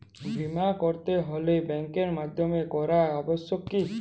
বিমা করাতে হলে ব্যাঙ্কের মাধ্যমে করা আবশ্যিক কি?